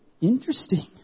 Interesting